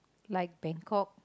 like Bangkok